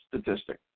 statistic